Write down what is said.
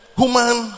human